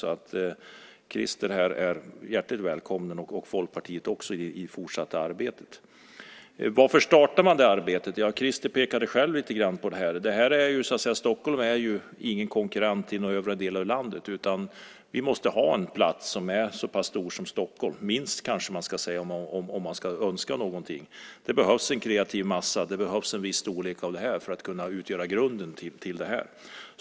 Christer och Folkpartiet är hjärtligt välkomna i det fortsatta arbetet. Varför startar man det här arbetet? Christer pekade själv lite grann på det. Stockholm är ju ingen konkurrent till övriga delar av landet. Vi måste ha en plats som är så pass stor som Stockholm, minst, kanske man ska säga om man ska önska någonting. Det behövs en kreativ massa. Det behövs en viss storlek för att kunna utgöra grunden till det här.